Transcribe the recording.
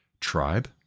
tribe